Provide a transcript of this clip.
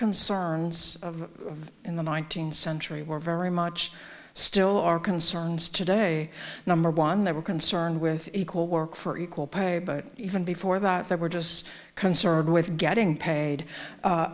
concerns of in the nineteenth century were very much still our concerns today number one they were concerned with equal work for equal pay but even before about they were just concerned with getting paid